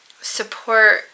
support